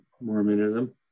Mormonism